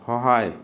সহায়